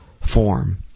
form